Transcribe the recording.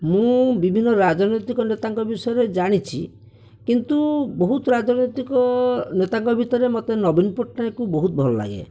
ମୁଁ ବିଭିନ୍ନ ରାଜନୈତିକ ନେତାଙ୍କ ବିଷୟରେ ଜାଣିଛି କିନ୍ତୁ ବହୁତ ରାଜନୀତିକ ନେତାଙ୍କ ଭିତରେ ମୋତେ ନବୀନ ପଟ୍ଟନାୟକଙ୍କୁ ବହୁତ ଭଲ ଲାଗେ